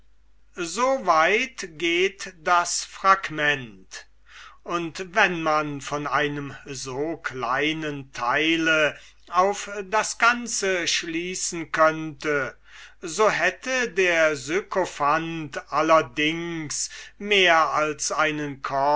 so weit geht das fragment und wenn man von einem so kleinen teile auf das ganze schließen könnte so hätte der sykophant allerdings mehr als einen